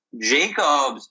Jacobs